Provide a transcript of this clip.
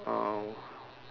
uh